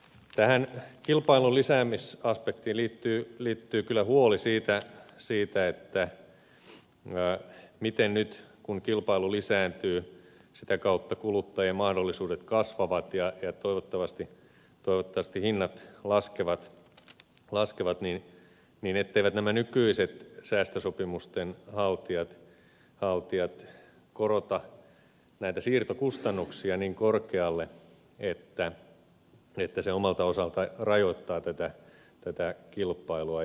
tähän kilpailun lisäämisaspektiin liittyy kyllä huoli siitä nyt kun kilpailu lisääntyy ja sitä kautta kuluttajan mahdollisuudet kasvavat ja toivottavasti hinnat laskevat etteivät nämä nykyiset säästösopimusten haltijat korota näitä siirtokustannuksia niin korkealle että se omalta osaltaan rajoittaa tätä kilpailua